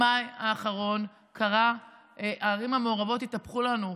במאי האחרון הערים המעורבות התהפכו לנו.